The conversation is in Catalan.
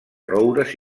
roures